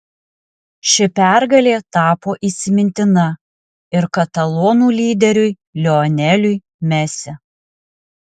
ši pergalė tapo įsimintina ir katalonų lyderiui lioneliui messi